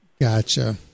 Gotcha